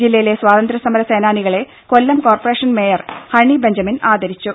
ജില്ലയിലെ സ്വാതന്ത്ര്യ സമര സേനാനികളെ കൊല്ലം കോർപ്പറേഷൻ മേയർ ഹണി ബഞ്ചമിൻ ആദരിച്ചു